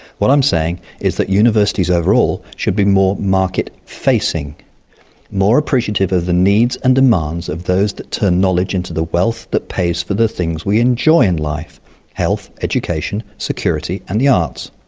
what i'm saying is that universities overall should be more market facing more appreciative of the needs and demands of those that turn knowledge into the wealth that pays pays for the things we enjoy in life health, education, security and the arts.